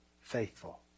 faithful